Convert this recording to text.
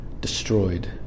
destroyed